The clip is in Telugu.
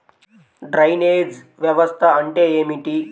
డ్రైనేజ్ వ్యవస్థ అంటే ఏమిటి?